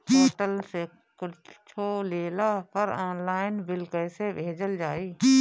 Hotel से कुच्छो लेला पर आनलाइन बिल कैसे भेजल जाइ?